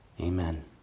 Amen